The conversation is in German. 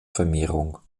vermehrung